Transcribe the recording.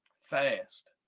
fast